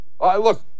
Look